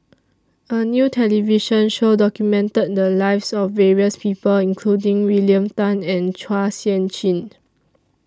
A New television Show documented The Lives of various People including William Tan and Chua Sian Chin